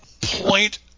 point